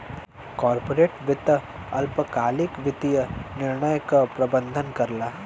corporate वित्त अल्पकालिक वित्तीय निर्णय क प्रबंधन करला